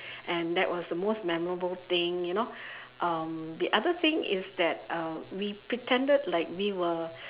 and that was the most memorable thing you know um the other thing is that uh we pretended like we were